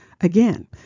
Again